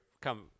come